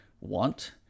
want